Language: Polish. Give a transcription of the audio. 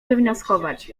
wywnioskować